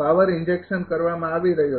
power injection કરવામાં આવી રહ્યો છે